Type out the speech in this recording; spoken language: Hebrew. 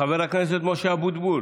חבר הכנסת משה אבוטבול,